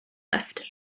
left